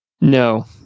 No